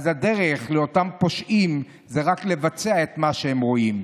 הדרך של אותם פושעים היא רק לבצע את מה שהם רואים.